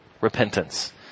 repentance